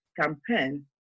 campaign